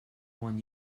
one